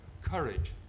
Courage